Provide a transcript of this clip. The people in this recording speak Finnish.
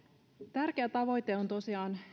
tärkeä tavoite on tosiaan